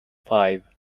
five